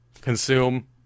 consume